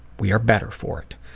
we are better for it.